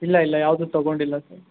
ಇಲ್ಲ ಇಲ್ಲ ಯಾವುದೂ ತೊಗೊಂಡಿಲ್ಲ ಸರ್